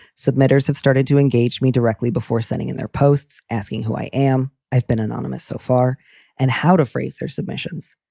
submitters have started to engage me directly before sending in their posts, asking who i am. i've been anonymous so far and how to phrase their submissions.